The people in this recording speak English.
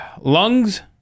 Lungs